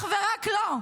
אך ורק לו.